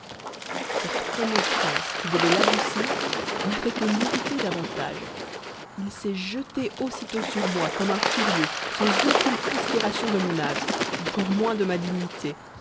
cette remontrance qui devait t'adoucir n'a fait que l'irriter davantage h s'est jeté aussitôt sur moi comme un furieux sans aucune considération de mon âge encore moins de ma dignité